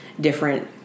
different